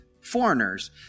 foreigners